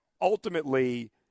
ultimately